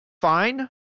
fine